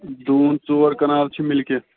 دوٗن ژور کَنال چھِ مِلکِیَت